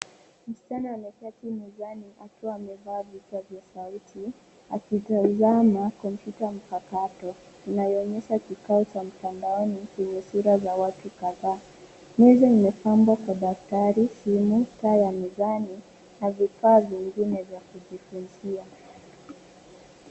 Msichana ameketi mezani akiwa amevaa vichwa vya sauti akitazama kompyuta mpakato inayoonyesha kikao cha mtandaoni chenye sura za watu kadhaa. Meza imepambwa kwa daftari, simu, taa ya mezani na vifaa vingine vya kujifunzia.